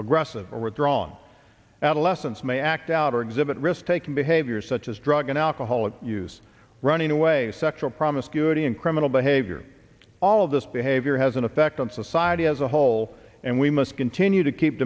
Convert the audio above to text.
aggressive or withdrawn adolescents may act out or exhibit risk taking behavior such as drug and alcohol use running away sexual promiscuity and criminal behavior all of this behavior has an effect on society as a whole and we must continue to keep